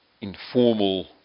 informal